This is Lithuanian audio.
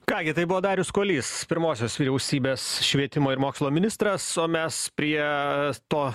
ką gi tai buvo darius kuolys pirmosios vyriausybės švietimo ir mokslo ministras o mes prie to